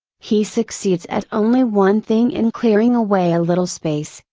he succeeds at only one thing in clearing away a little space,